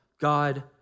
God